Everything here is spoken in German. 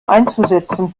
einzusetzen